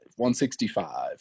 165